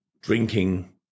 drinking